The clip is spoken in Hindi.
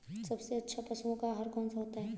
सबसे अच्छा पशुओं का आहार कौन सा होता है?